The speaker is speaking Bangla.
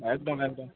একদম একদম